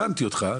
הבנתי אותך,